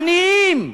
עניים.